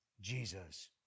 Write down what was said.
Jesus